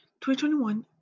2021